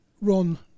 Ron